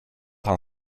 han